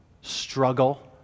struggle